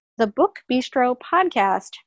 thebookbistropodcast